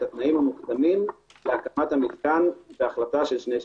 התנאים המוקדמים להקמת המתקן בהחלטה של שני שלישים.